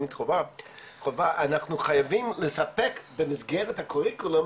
אנחנו חייבים לספק במסגרת הקוריקולום